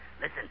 Listen